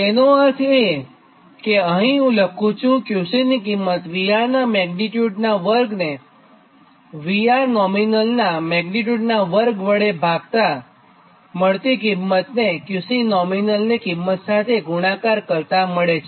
તેનો અર્થ એ કે હું અહીં લખું છું કે QC ની કિંમત VR નાં મેગ્નીટ્યુનાં વર્ગને VR nominal નાં મેગ્નીટ્યુનાં વર્ગ વડે ભાગતા મળતી કિંમત ને QC nominal ની કિંમત સાથે ગુણાકાર કરતાં મળે છે